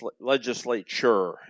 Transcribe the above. legislature